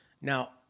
Now